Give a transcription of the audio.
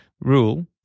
rule